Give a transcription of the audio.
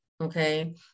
okay